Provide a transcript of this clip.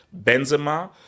Benzema